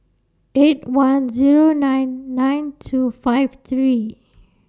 eight one Zero nine nine two five three